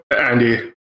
Andy